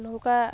ᱱᱚᱝᱠᱟ